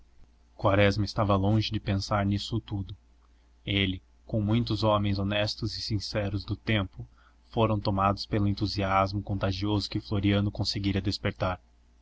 quaresma estava longe de pensar nisso tudo ele com muitos homens honestos e sinceros do tempo foram tomados pelo entusiasmo contagioso que floriano conseguira despertar